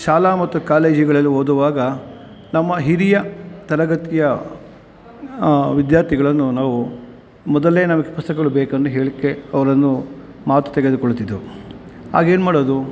ಶಾಲಾ ಮತ್ತು ಕಾಲೇಜುಗಳಲ್ಲಿ ಓದುವಾಗ ನಮ್ಮ ಹಿರಿಯ ತರಗತಿಯ ವಿದ್ಯಾರ್ಥಿಗಳನ್ನು ನಾವು ಮೊದಲೇ ನಮಗೆ ಪುಸ್ತಕಗಳು ಬೇಕೆಂದು ಹೇಳಿ ಅವರನ್ನು ಮಾತು ತೆಗೆದುಕೊಳ್ಳುತ್ತಿದ್ದೆವು ಆಗೇನು ಮಾಡೋದು